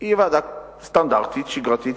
והיא ועדה סטנדרטית ושגרתית,